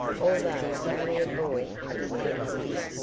although only a boy in his tenth year,